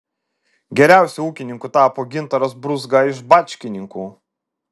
geriausiu ūkininku tapo gintaras brūzga iš bačkininkų